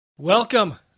Welcome